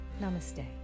Namaste